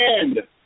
end